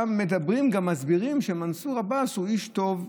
גם מדברים וגם מסבירים שמנסור עבאס הוא איש טוב,